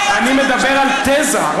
אני מדבר על תזה.